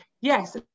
Yes